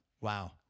Wow